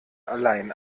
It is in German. allein